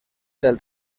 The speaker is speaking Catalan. del